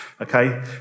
okay